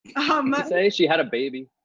um ah say, she had a baby?